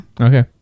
okay